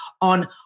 on